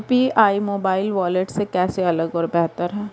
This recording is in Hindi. यू.पी.आई मोबाइल वॉलेट से कैसे अलग और बेहतर है?